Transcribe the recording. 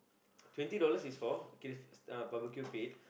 twenty dollars is for barbecue pit